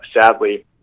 sadly